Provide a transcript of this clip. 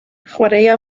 chwaraea